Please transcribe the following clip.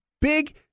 big